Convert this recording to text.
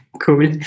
cool